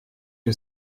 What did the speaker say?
que